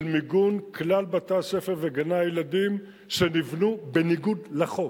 על מיגון כלל בתי-הספר וגני-הילדים שנבנו בניגוד לחוק,